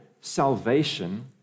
salvation